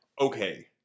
okay